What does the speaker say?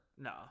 No